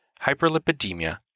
hyperlipidemia